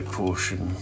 portion